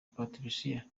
patricia